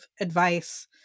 advice